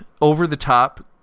over-the-top